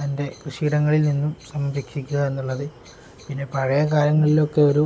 തൻ്റെ കൃഷിയിടങ്ങളിൽ നിന്നും സംരക്ഷിക്കുക എന്നുള്ളത് പിന്നെ പഴയ കാലങ്ങളിലൊക്കെ ഒരു